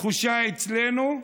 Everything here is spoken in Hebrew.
התחושה אצלנו: